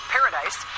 Paradise